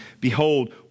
behold